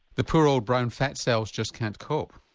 the poor old brown fat cells just can't cope.